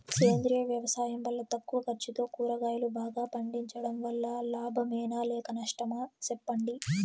సేంద్రియ వ్యవసాయం వల్ల తక్కువ ఖర్చుతో కూరగాయలు బాగా పండించడం వల్ల లాభమేనా లేక నష్టమా సెప్పండి